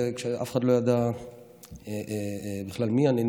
כשאף אחד לא ידע בכלל מי אני,